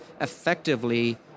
effectively